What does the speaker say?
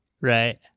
Right